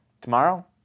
Tomorrow